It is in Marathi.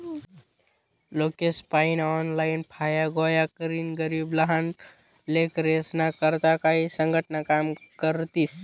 लोकेसपायीन ऑनलाईन फाया गोया करीन गरीब लहाना लेकरेस्ना करता काई संघटना काम करतीस